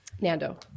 Nando